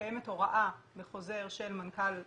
שקיימת הוראה בחוזר של מנכ"ל משרד,